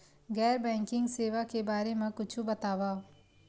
गैर बैंकिंग सेवा के बारे म कुछु बतावव?